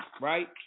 right